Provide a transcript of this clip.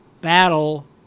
battle